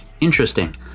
Interesting